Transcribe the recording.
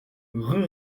rue